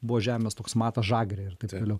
buvo žemės toks matas žagrė ir kaip toliau